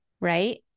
right